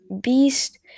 Beast